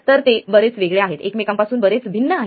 तर ते बरेच वेगळे आहेत एकमेकांपासून बरेच भिन्न आहेत